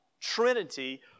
Trinity